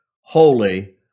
holy